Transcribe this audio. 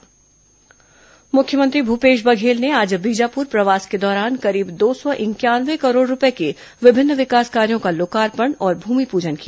मुख्यमंत्री बीजापुर जगदलपुर मुख्यमंत्री भूपेश बघेल ने आज बीजापुर प्रवास के दौरान करीब दो सौ इंक्यानवे करोड़ रूपए के विभिन्न विकास कार्यो का लोकार्पण और भूमिपुजन किया